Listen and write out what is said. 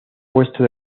puesto